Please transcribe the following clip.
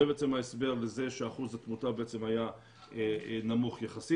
זה ההסבר לזה שאחוז התמותה היה נמוך יחסית.